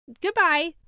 goodbye